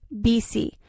BC